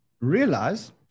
realize